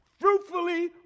fruitfully